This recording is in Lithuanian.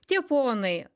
tie ponai